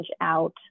out